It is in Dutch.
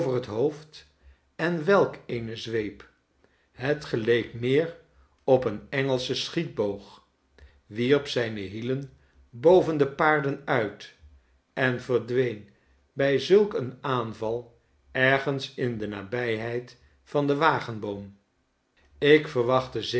het hoofd en welk eene zweep het geleek meer op een engelschen schietboog wierp zijne hielen boven de paarden uit en verdween bij zulkeenaanval ergens in de nabijheid van den wagenboom ik verwachtte zeker